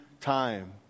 time